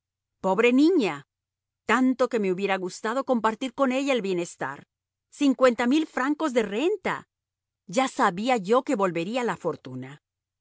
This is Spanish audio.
pobre niña tanto que me hubiera gustado compartir con ella el bienestar cincuenta mil francos de renta ya sabía yo que volvería la fortuna